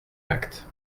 actes